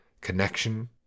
connection